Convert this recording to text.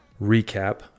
recap